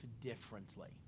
differently